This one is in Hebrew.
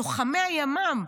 לוחמי הימ"מ.